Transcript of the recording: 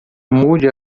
mude